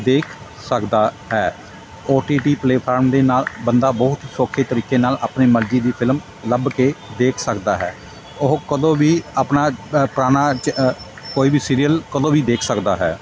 ਦੇਖ ਸਕਦਾ ਹੈ ਔ ਟੀ ਟੀ ਪਲੇਟਫਾਰਮ ਦੇ ਨਾਲ ਬੰਦਾ ਬਹੁਤ ਸੌਖੇ ਤਰੀਕੇ ਨਾਲ ਆਪਣੀ ਮਰਜੀ ਦੀ ਫਿਲਮ ਲੱਭ ਕੇ ਦੇਖ ਸਕਦਾ ਹੈ ਉਹ ਕਦੋਂ ਵੀ ਆਪਣਾ ਪੁਰਾਣਾ ਚ ਕੋਈ ਵੀ ਸੀਰੀਅਲ ਕਦੋਂ ਵੀ ਦੇਖ ਸਕਦਾ ਹੈ